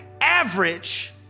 average